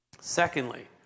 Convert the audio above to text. Secondly